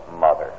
mother